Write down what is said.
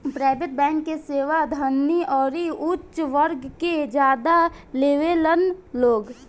private bank के सेवा धनी अउरी ऊच वर्ग के ज्यादा लेवेलन लोग